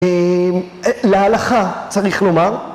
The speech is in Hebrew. להלכה, צריך לומר.